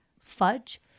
fudge